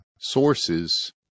sources